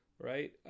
right